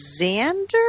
Xander